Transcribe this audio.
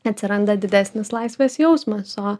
atsiranda didesnis laisvės jausmas o